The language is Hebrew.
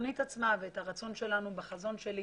התוכנית עצמה ואת הרצון שלנו בחזון שלי